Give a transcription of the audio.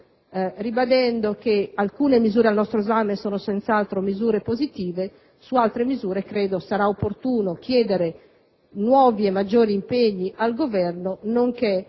ribadendo che alcune misure al nostro esame sono senz'altro positive. Su altre misure credo sarà opportuno chiedere nuovi e maggiori impegni al Governo, nonché un quadro